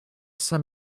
some